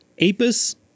Apis